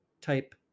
type